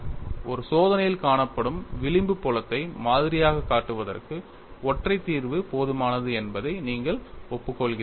ஒரு சோதனையில் காணப்படும் விளிம்பு புலத்தை மாதிரியாகக் காட்டுவதற்கு ஒற்றை தீர்வு போதுமானது என்பதை நீங்கள் ஒப்புக்கொள்கிறீர்களா